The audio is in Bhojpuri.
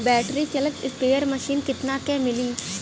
बैटरी चलत स्प्रेयर मशीन कितना क मिली?